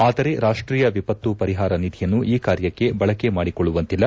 ಆದರೆ ರಾಷ್ಟೀಯ ವಿಪತ್ತು ಪರಿಹಾರ ನಿಧಿಯನ್ನು ಈ ಕಾರ್ಯಕ್ಕೆ ಬಳಕೆ ಮಾಡಿಕೊಳ್ಳುವಂತಿಲ್ಲ